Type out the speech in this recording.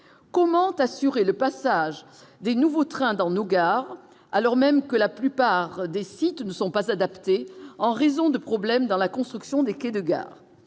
comment assurer le passage des nouveaux trains dans nos gares, alors même que la plupart des sites ne sont pas adaptées en raison de problèmes dans la construction des quais de gare,